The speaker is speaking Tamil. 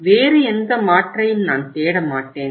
வேறு எந்த மாற்றையும் நான் தேட மாட்டேன்